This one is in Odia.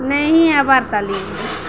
ନେଇଁ ଆବାର୍ ତାଲି